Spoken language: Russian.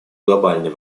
глобальный